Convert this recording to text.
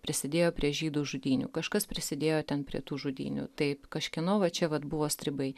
prisidėjo prie žydų žudynių kažkas prisidėjo ten prie tų žudynių taip kažkieno va čia vat buvo stribai